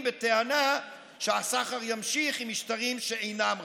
בטענה שהסחר ימשיך עם משטרים שאינם רצחניים.